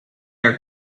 are